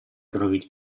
propri